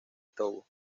togo